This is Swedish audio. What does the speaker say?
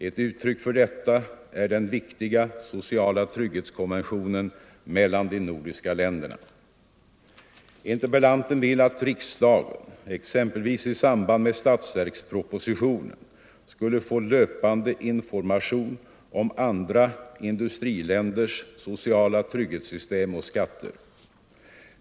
Ett uttryck för detta är den viktiga sociala trygghetskonventionen mellan de nordiska länderna. Interpellanten vill att riksdagen, exempelvis i samband med statsverkspropositionen, skulle få löpande information om andra industriländers sociala trygghetssystem och skatter.